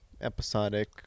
episodic